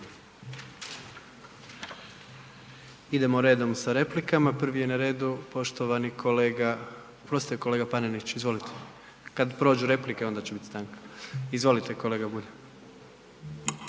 idemo redom sa replikama. Prvi je na redu poštovani kolega, oprostite, kolega Panenić, izvolite. Kad prođu replike, onda će biti stanka. Izvolite kolega Bulj.